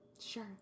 Sure